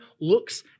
looks